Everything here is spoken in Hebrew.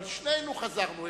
אבל שנינו חזרנו,